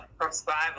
prescribe